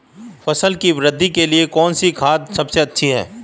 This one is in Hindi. फसल की वृद्धि के लिए कौनसी खाद सबसे अच्छी है?